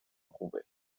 خوبه